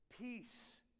peace